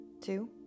two